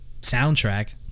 soundtrack